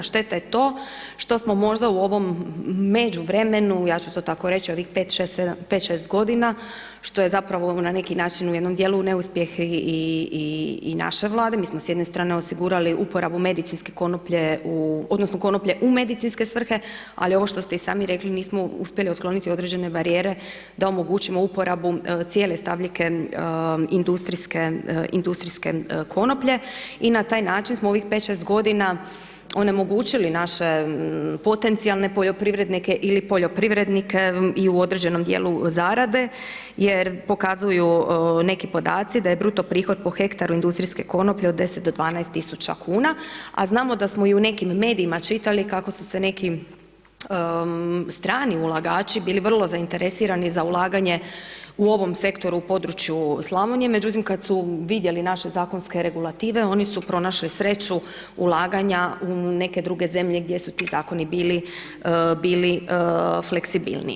Šteta je to, što smo možda u ovom međuvremenu, ja ću to tako reći, ovih 5-6 godina što je zapravo na neki način u jednom dijelu i neuspjeh i naše Vlade, mi smo s jedne strane osigurali uporabu medicinske konoplje, odnosno konoplje u medicinske svrhe, ali ono što ste i sami rekli, nismo uspjeli otkloniti određene barijere da omogućimo uporabu cijele stabljike industrijske konoplje i na taj način smo ovih 5-6 godina onemogućili naše potencijalne poljoprivrednike ili poljoprivrednike u određenom dijelu zarade jer pokazuju neki podaci da je bruto prihod po hektaru industrijske konoplje od 10-12 tisuća kuna, a znamo da smo i u nekim medijima čitali kako su se neki strani ulagači bili vrlo zainteresirani za ulaganje u ovom sektoru u području Slavonije, međutim kad su vidjeli naše zakonske regulative, oni su pronašli sreću ulaganja u neke druge zemlje gdje su ti zakoni bili fleksibilniji.